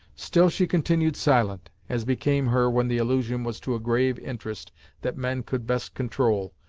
still she continued silent, as became her when the allusion was to a grave interest that men could best control,